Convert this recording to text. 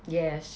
yes